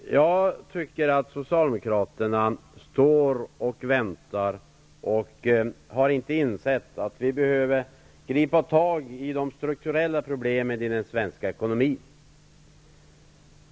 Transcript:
Fru talman! Jag tycker att Socialdemokraterna står och väntar och inte har insett att vi behöver gripa tag i de strukturella problemen i den svenska ekonomin.